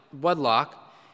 wedlock